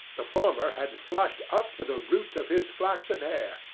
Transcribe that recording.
the former had flushed up to the roots of his flaxen hair,